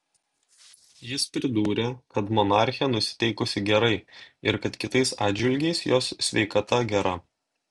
jis pridūrė kad monarchė nusiteikusi gerai ir kad kitais atžvilgiais jos sveikata gera